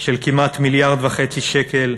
של כמעט מיליארד וחצי שקל,